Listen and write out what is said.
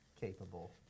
capable